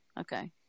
Okay